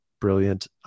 brilliant